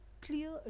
clear